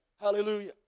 Hallelujah